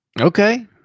Okay